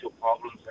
problems